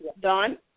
done